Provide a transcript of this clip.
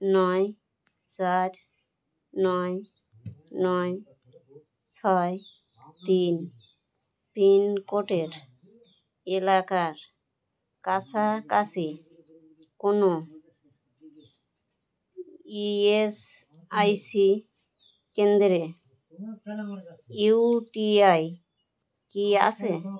নয় চার নয় নয় ছয় তিন পিনকোডের এলাকার কাছাকাছি কোনো ই এস আই সি কেন্দ্রে ইউ পি আই কি আছে